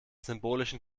symbolischen